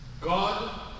God